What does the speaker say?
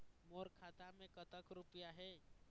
मोर खाता मैं कतक रुपया हे?